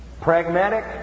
Pragmatic